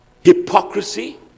hypocrisy